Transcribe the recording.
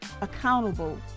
accountable